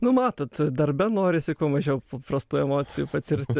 nu matot darbe norisi kuo mažiau paprastų emocijų patirti